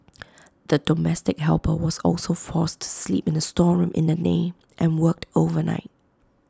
the domestic helper was also forced to sleep in the storeroom in the day and worked overnight